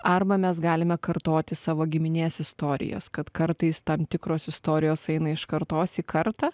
arba mes galime kartoti savo giminės istorijas kad kartais tam tikros istorijos eina iš kartos į kartą